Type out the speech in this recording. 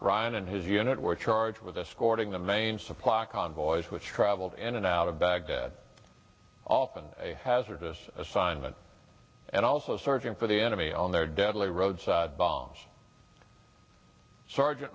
ryan and his unit were charged with escorting the main supply convoy which travelled in and out of baghdad often a hazardous assignment and also searching for the enemy on their deadly roadside bombs sergeant